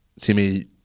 Timmy